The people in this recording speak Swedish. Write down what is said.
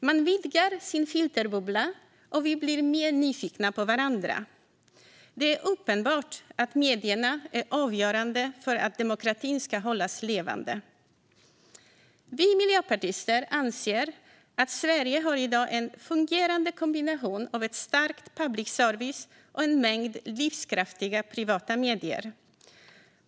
Vi vidgar vår filterbubbla och blir mer nyfikna på varandra. Det är uppenbart att medierna är avgörande för att demokratin ska hållas levande. Vi i Miljöpartiet anser att Sverige i dag har en fungerande kombination av en stark public service och en mängd av livskraftiga privata medier.